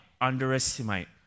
underestimate